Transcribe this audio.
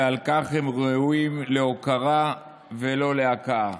ועל כך הם ראויים להוקרה ולא להכאה.